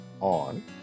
on